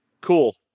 cool